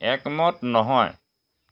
একমত নহয়